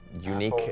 unique